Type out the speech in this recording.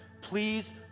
Please